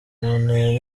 mane